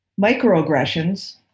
microaggressions